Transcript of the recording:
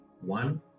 one